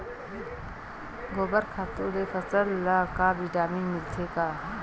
गोबर खातु ले फसल ल का विटामिन मिलथे का?